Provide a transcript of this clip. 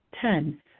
Ten